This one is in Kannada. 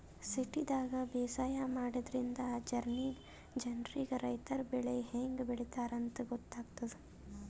ಸಿಟಿದಾಗ್ ಬೇಸಾಯ ಮಾಡದ್ರಿನ್ದ ಜನ್ರಿಗ್ ರೈತರ್ ಬೆಳಿ ಹೆಂಗ್ ಬೆಳಿತಾರ್ ಅಂತ್ ಗೊತ್ತಾಗ್ತದ್